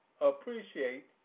appreciate